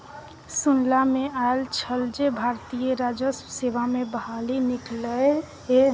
सुनला मे आयल छल जे भारतीय राजस्व सेवा मे बहाली निकललै ये